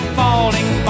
falling